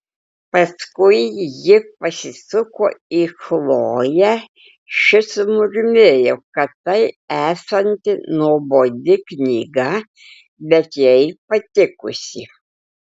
paskui ji pasisuko į chloję ši sumurmėjo kad tai esanti nuobodi knyga bet jai patikusi